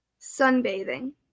sunbathing